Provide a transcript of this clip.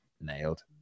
Nailed